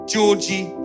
Georgie